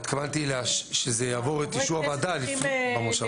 אני התכוונתי שזה יעבור את אישור הוועדה לפני סוף המושב.